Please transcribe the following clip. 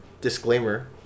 Disclaimer